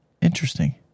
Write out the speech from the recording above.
Interesting